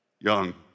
young